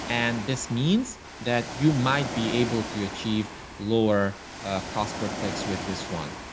and this means that you might be able to achieve lower cost per clicks with this one.